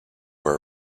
were